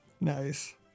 Nice